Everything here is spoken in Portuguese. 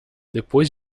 depois